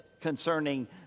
concerning